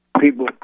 people